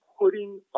putting